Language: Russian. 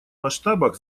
масштабах